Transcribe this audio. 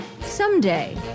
Someday